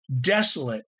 desolate